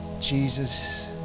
Jesus